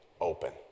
open